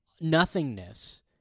Nothingness